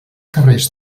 carrers